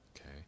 okay